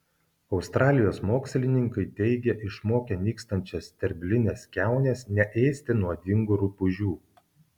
australijos mokslininkai teigia išmokę nykstančias sterblines kiaunes neėsti nuodingų rupūžių